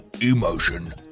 emotion